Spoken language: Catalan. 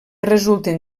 resulten